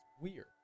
weird